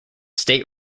state